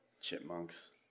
Chipmunks